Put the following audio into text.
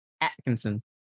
Atkinson